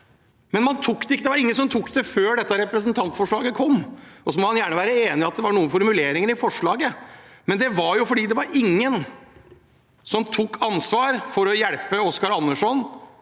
ikke! Det var ingen som tok den før dette representantforslaget kom. Man må gjerne være uenig i noen formuleringer i forslaget, men det var jo fordi ingen tok ansvar for å hjelpe Oscar Anderson